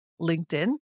LinkedIn